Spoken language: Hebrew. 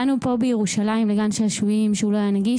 באנו פה בירושלים לגן שעשועים שהוא לא היה נגיש,